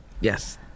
yes